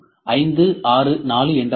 5 6 4 என்றால் என்ன